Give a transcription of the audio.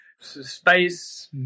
space